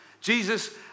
Jesus